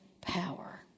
power